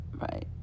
right